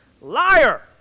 Liar